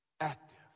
Active